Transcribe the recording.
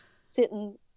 sitting